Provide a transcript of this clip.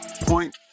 point